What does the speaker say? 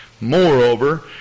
Moreover